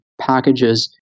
packages